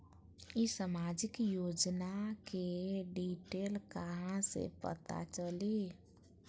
ई सामाजिक योजना के डिटेल कहा से पता चली?